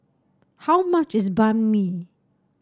how much is Banh Mi